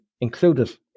included